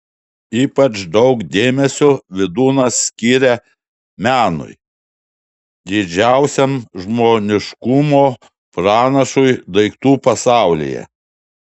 ypač daug dėmesio vydūnas skiria menui didžiausiam žmoniškumo pranašui daiktų pasaulyje